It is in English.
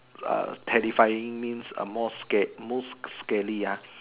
uh terrifying means a most scar~ most scary ya